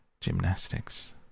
gymnastics